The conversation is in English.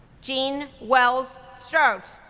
jean wells strout,